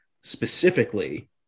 Specifically